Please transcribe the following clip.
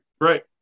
Right